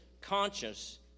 conscious